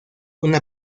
una